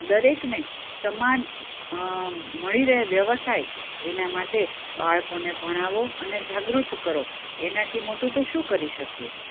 દરેકને સન્માન મળી રહે વ્યવસાય એના માટે બાળકોને ભણાવો અને જાગૃત કરો એનાથી મોટું તો શું કરી શકીએ